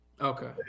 Okay